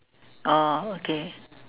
oh okay